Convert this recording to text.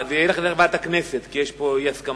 זה ילך לוועדת הכנסת, כי יש פה אי-הסכמה.